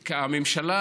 הממשלה,